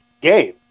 game